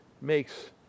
makes